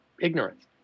ignorance